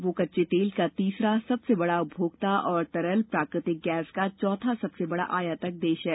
वह कच्चे तेल का तीसरा सबसे बड़ा उपभोक्ता और तरल प्राकृतिक गैस का चौथा सबसे बड़ा आयातक देश है